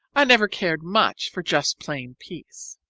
i never cared much for just plain peace.